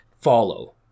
follow